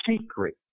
secret